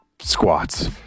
squats